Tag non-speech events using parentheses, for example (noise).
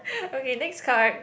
(laughs) okay next card